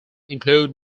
include